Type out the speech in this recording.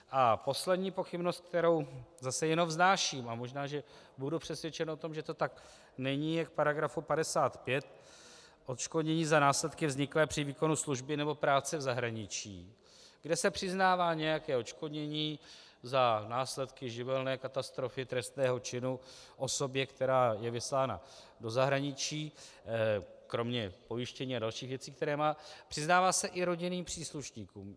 A poslední pochybnost, kterou zase jenom vznáším, a možná že budu přesvědčen o tom, že to tak není, je k § 55 Odškodnění za následky vzniklé při výkonu služby nebo práce v zahraničí, kde se přiznává nějaké odškodnění za následky živelní katastrofy, trestného činu osobě, která je vyslána do zahraničí, kromě pojištění a dalších věcí, které má, přiznává se i rodinným příslušníkům.